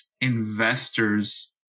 investors